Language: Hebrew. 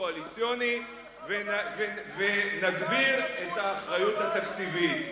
הקואליציוני ונגביר את האחריות התקציבית.